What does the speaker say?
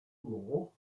law